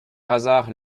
hasard